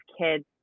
kids